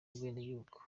ubwenegihugu